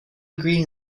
agree